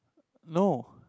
no